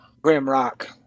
Grimrock